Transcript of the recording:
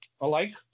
alike